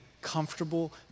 comfortable